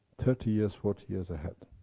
thirty years, forty years ahead.